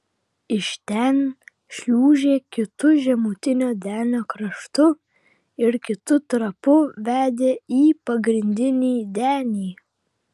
iš ten šliūžė kitu žemutinio denio kraštu ir kitu trapu vedė į pagrindinį denį